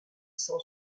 cent